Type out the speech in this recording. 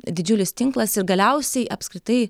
didžiulis tinklas ir galiausiai apskritai